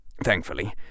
Thankfully